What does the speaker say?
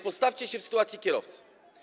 Postawcie się w sytuacji kierowcy.